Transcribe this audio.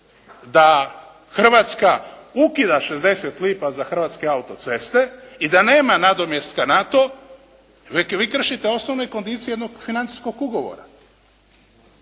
da Hrvatska ukida 60 lipa za Hrvatske auto-ceste i da nema nadomjestka na to vi kršite osnovne kondicije jednog financijskog ugovora.